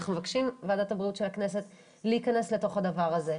אנחנו מבקשים בוועדת הבריאות של הכנסת להיכנס לתוך הדבר הזה,